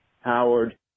Howard